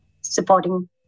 supporting